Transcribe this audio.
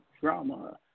Drama